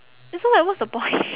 and so like what's the point